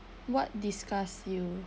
what disgust you